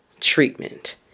treatment